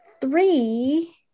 three